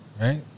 Right